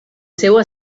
seua